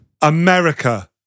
America